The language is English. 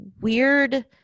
weird